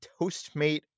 Toastmate